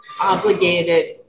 obligated